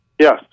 Yes